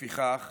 לפיכך,